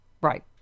Right